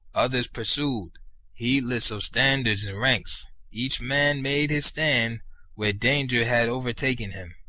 others pursued heedless of standards and ranks, each man made his stand where danger had overtaken him,